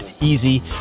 easy